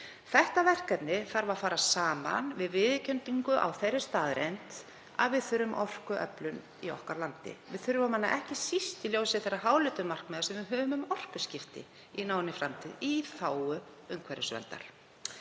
Þetta verkefni þarf að fara saman við viðurkenningu á þeirri staðreynd að við þurfum orkuöflun í landi okkar. Við þurfum hana ekki síst í ljósi þeirra háleitu markmiða sem við höfum um orkuskipti í náinni framtíð í þágu umhverfisverndar.